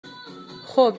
خوب